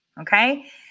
okay